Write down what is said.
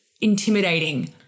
intimidating